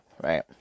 right